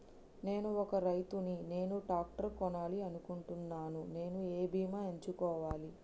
నేను ఒక రైతు ని నేను ట్రాక్టర్ కొనాలి అనుకుంటున్నాను నేను ఏ బీమా ఎంచుకోవాలి?